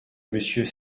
monsieur